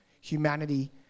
Humanity